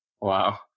Wow